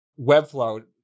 Webflow